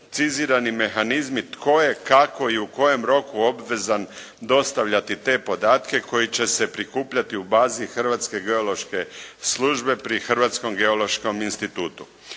precizirani mehanizmi tko je kako i u kojem roku obvezan dostavljati te podatke koji će se prikupljati u bazi Hrvatske geološke službe pri Hrvatskom geološkom institutu.